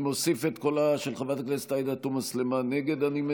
להאריך את תוקפה של הכרזה על מצב חירום בשל נגיף הקורונה לפי חוק